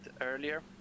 earlier